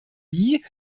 nie